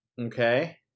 Okay